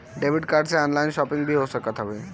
debit card से online shopping भी हो सकत हवे